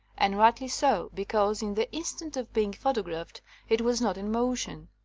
and rightly so, because in the instant of being photographed it was not in motion.